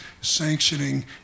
sanctioning